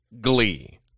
glee